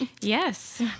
Yes